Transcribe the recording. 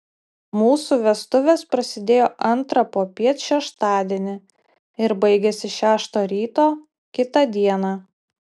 mūsų vestuvės prasidėjo antrą popiet šeštadienį ir baigėsi šeštą ryto kitą dieną